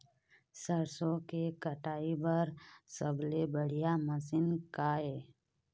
सरसों के कटाई बर सबले बढ़िया मशीन का ये?